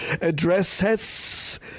addresses